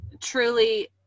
Truly